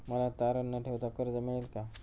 मला तारण न ठेवता कर्ज मिळेल का?